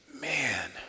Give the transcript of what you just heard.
Man